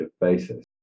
basis